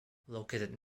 located